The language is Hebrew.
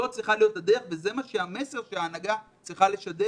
זו צריכה להיות הדרך וזה המסר שההנהגה צריכה לשדר.